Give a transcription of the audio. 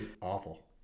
Awful